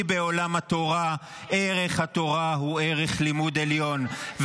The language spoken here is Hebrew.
כי בעולם התורה ערך התורה הוא ערך לימוד עליון,